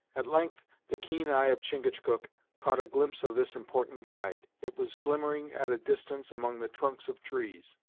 at length the keen eye of chingachgook caught a glimpse of this important guide. it was glimmering at a distance among the trunks of trees.